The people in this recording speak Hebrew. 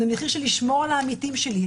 במחיר של לשמור על העמיתים שלי.